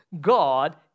God